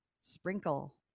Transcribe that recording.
Sprinkle